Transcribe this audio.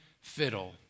fiddle